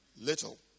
little